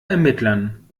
ermittlern